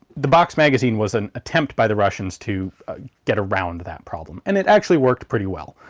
the box magazine was an attempt by the russians to get around that problem, and it actually worked pretty well.